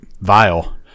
vile